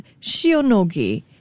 Shionogi